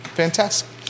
Fantastic